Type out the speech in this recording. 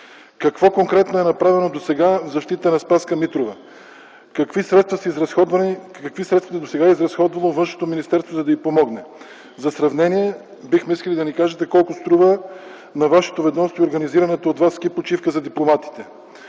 Какво конкретно е направено досега в защита на Спаска Митрова? Какви средства досега е изразходвало Министерството на външните работи, за да й помогне? За сравнение бихме искали да ни кажете колко струва на вашето ведомство организираната от Вас ски почивка за дипломатите?